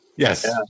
Yes